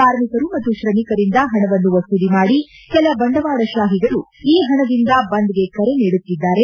ಕಾರ್ಮಿಕರು ಮತ್ತು ಶ್ರಮಿಕರಿಂದ ಪಣವನ್ನು ವಸೂಲಿ ಮಾಡಿ ಕೆಲ ಬಂಡವಾಳ ಶಾಹಿಗಳು ಈ ಪಣದಿಂದ ಬಂದ್ಗೆ ಕರೆ ನೀಡುತ್ತಿದ್ದಾರೆ